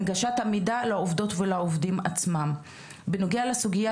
הנגשת המידע לעובדות ולעובדים עצמם - בנוגע לסוגייה